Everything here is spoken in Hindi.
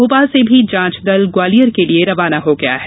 भोपाल से भी जांच दल ग्वालियर के लिए रवाना हो गया है